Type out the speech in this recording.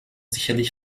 sicherlich